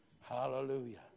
Hallelujah